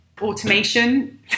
automation